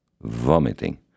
vomiting